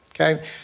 okay